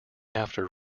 after